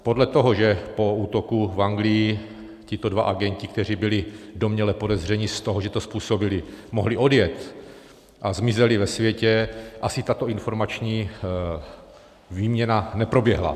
Podle toho, že po útoku v Anglii tito dva agenti, kteří byli domněle podezřelí z toho, že to způsobili, mohli odjet a zmizeli ve světě, asi tato informační výměna neproběhla.